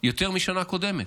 יותר מבשנה הקודמת.